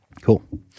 Cool